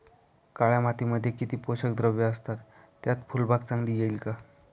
काळ्या मातीमध्ये किती पोषक द्रव्ये असतात, त्यात फुलबाग चांगली येईल का?